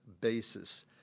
basis